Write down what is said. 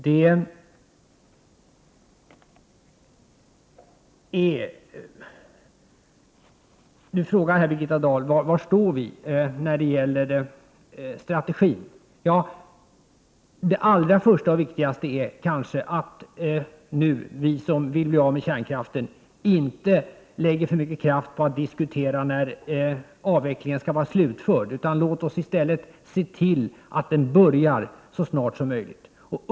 Birgitta Dahl frågade var vi står när det gäller strategin. Det allra första och viktigaste är kanske att vi som vill bli av med kärnkraften nu inte lägger ner för mycket kraft på tidpunkten, när avvecklingen skall vara slutförd. Låt oss i stället se till att avvecklingen börjar så snart som möjligt.